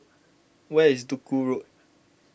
where is Duku Road